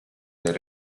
the